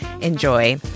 enjoy